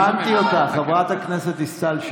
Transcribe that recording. ילד, הבנתי אותך, חברת הכנסת דיסטל.